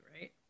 right